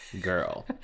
girl